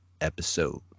episode